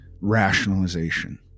rationalization